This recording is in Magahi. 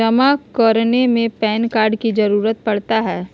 जमा करने में पैन कार्ड की जरूरत पड़ता है?